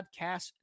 Podcast